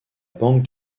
banque